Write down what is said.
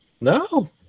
no